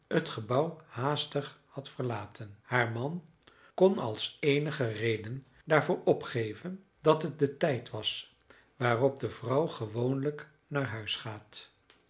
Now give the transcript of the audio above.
tangey het gebouw haastig had verlaten haar man kon als eenige reden daarvoor opgeven dat het de tijd was waarop de vrouw gewoonlijk naar huis gaat